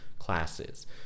Classes